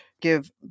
give